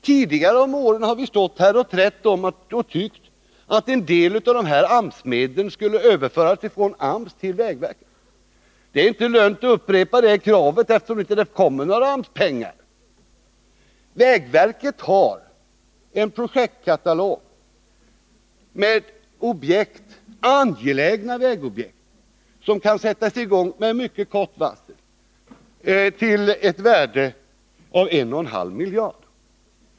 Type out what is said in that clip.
Tidigare om åren har vi trätt om detta, och vi har ansett att en del av AMS-medlen skulle överföras från AMS till vägverket. Det är inte lönt att nu upprepa det kravet, eftersom det inte kommer några AMS-pengar. Vägverket har en projektkatalog med angelägna vägobjekt, som kan sättas i gång med mycket kort varsel, till ett värde av 1,5 miljarder kronor.